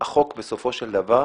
החוק בסופו של דבר